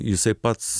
jisai pats